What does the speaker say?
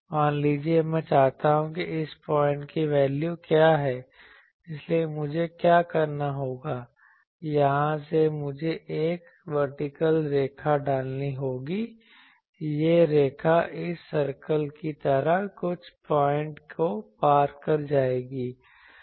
मान लीजिए मैं चाहता हूं कि इस पॉइंट की वैल्यू क्या है इसलिए मुझे क्या करना होगा यहां से मुझे एक वर्टिकल रेखा डालनी होगी यह रेखा इस सर्कल की तरह कुछ पॉइंट को पार कर जाएगी